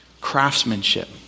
craftsmanship